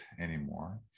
anymore